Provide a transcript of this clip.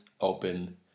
open